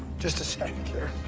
just a sec here.